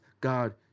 God